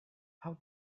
how